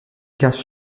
cash